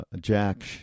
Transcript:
Jack